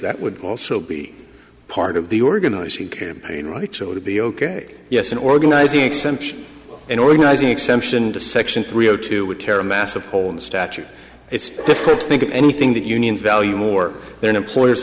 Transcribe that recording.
that would also be part of the organizing campaign right so to be ok yes an organizing exemption and organizing exemption to section three zero two would tear a massive hole in the statute it's difficult to think of anything that unions value more than employers